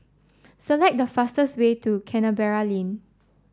select the fastest way to Canberra Lane